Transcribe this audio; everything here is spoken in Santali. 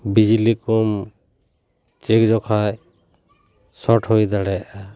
ᱵᱤᱡᱽᱞᱤ ᱠᱚᱢ ᱪᱮᱹᱠ ᱡᱚᱠᱷᱟᱱ ᱥᱚᱴ ᱦᱩᱭ ᱫᱟᱲᱮᱭᱟᱜᱼᱟ